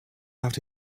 out